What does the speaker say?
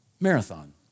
Marathon